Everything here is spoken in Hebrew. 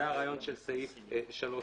זה הרעיון של סעיף 3(א).